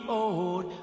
old